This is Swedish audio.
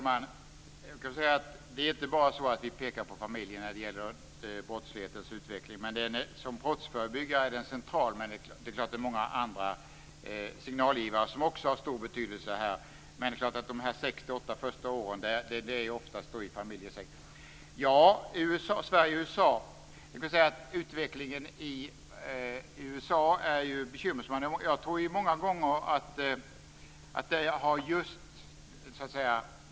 Herr talman! Det är inte så att vi bara pekar på familjen när det gäller brottslighetens utveckling. Som brottsförebyggare är den central, men det är klart att det också är många andra signalgivare som har stor betydelse här. Under de 6-8 första åren är det ofta familjesektorn som är viktig. Sedan gällde det Sverige och USA. Utvecklingen i USA är ju bekymmersam.